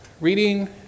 reading